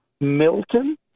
Milton